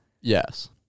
Yes